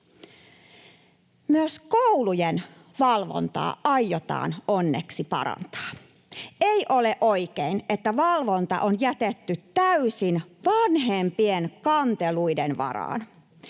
Myös koulujen valvontaa aiotaan onneksi parantaa. Ei ole oikein, että valvonta on jätetty täysin vanhempien kanteluiden varaan.